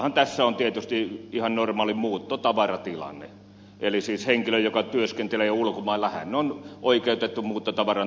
taustallahan tässä on tietysti ihan normaali muuttotavaratilanne eli siis henkilö joka työskentelee ulkomailla on oikeutettu tuomaan muuttotavaran